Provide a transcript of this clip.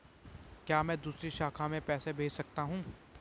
क्या मैं दूसरी शाखा में पैसे भेज सकता हूँ?